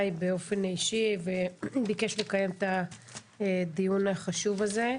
באופן אישי וביקש לקיים את הדיון החשוב הזה.